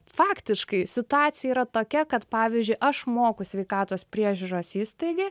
faktiškai situacija yra tokia kad pavyzdžiui aš moku sveikatos priežiūros įstaigai